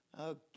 Okay